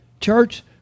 Church